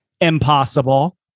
Impossible